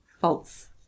false